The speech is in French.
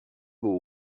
beau